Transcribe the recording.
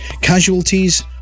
Casualties